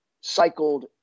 cycled